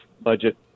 budget